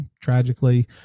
tragically